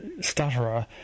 stutterer